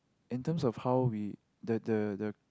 in terms of how we the the the